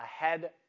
ahead